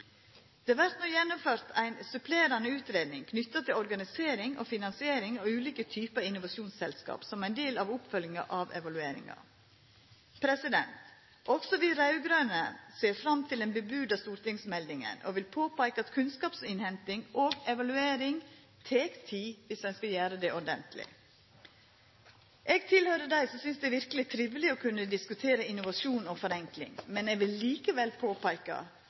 Det vert no gjennomført ei supplerande utgreiing knytt til organisering og finansiering av ulike typar innovasjonsselskap som ein del av oppfølginga av evalueringa. Også vi raud-grøne ser fram til den varsla stortingsmeldinga og vil påpeika at kunnskapsinnhenting og evaluering tek tid viss ein skal gjera det ordentleg. Eg høyrer til dei som synest det er triveleg å diskutera innovasjon og forenkling, men eg vil likevel påpeika